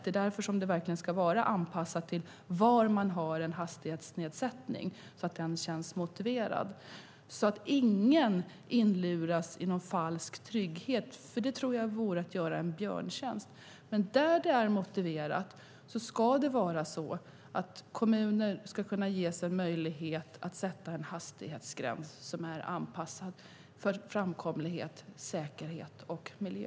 Det är därför som det verkligen ska vara anpassat när man har en hastighetsnedsättning så att den känns motiverad. Ingen ska inluras i någon falsk trygghet. Det tror jag vore att göra en björntjänst. Där det är motiverat ska kommuner kunna ges en möjlighet att sätta en hastighetsgräns som är anpassad till framkomlighet, säkerhet och miljö.